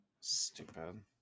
Stupid